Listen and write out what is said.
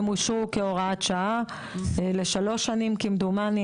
הן אושרו כהוראת שעה לשלוש שנים כמדומני,